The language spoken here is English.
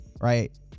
Right